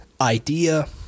idea